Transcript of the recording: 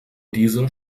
dieser